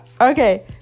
okay